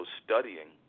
studying